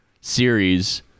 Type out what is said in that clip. series